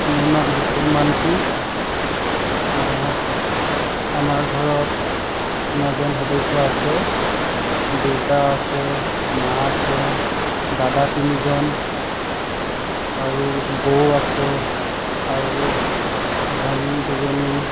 মোৰ নাম বিপুল মানকি আমাৰ ঘৰত নজন সদস্য আছে দেউতা আছে মা আছে দাদা তিনিজন আৰু বৌ আছে আৰু ভনী দুজনী